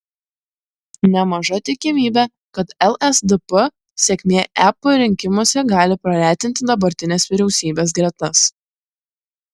nemaža tikimybė kad lsdp sėkmė ep rinkimuose gali praretinti dabartinės vyriausybės gretas